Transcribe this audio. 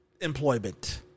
employment